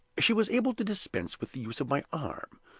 she was able to dispense with the use of my arm,